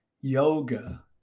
yoga